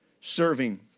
serving